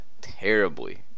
terribly